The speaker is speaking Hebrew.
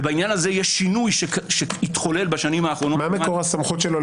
בעניין הזה יש שינוי בשנים האחרונות- -- מה מקור הסמכות שלו?